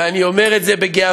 ואני אומר את זה בגאווה,